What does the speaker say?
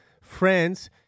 friends